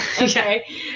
okay